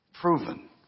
Proven